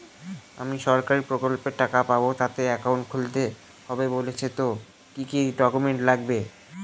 আমি সরকারি প্রকল্পের টাকা পাবো তাতে একাউন্ট খুলতে হবে বলছে তো কি কী ডকুমেন্ট লাগবে?